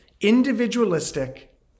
individualistic